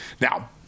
Now